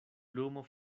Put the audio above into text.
lumo